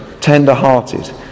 tender-hearted